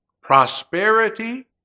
prosperity